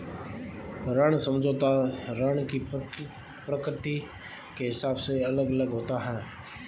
ऋण समझौता ऋण की प्रकृति के हिसाब से अलग अलग होता है